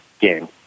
game